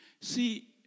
See